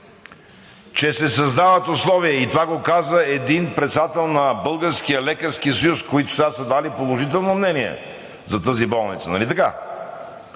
че се създават условия – и това го каза един председател на Българския лекарски съюз, които сега са дали положително мнение за тази болница. Нали така?